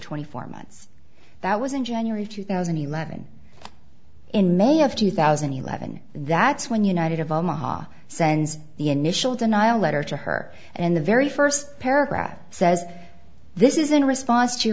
twenty four months that was in january two thousand and eleven in may of two thousand and eleven that's when united of omaha sends the initial denial letter to her and the very first paragraph says this isn't a response to